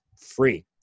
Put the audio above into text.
free